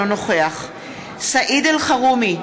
אינו נוכח סעיד אלחרומי,